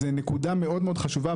זה נקודה מאוד מאוד חשובה.